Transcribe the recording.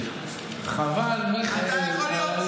חבל, חבר הכנסת ביטון.